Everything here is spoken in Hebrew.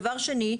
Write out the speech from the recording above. דבר שני,